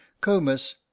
comus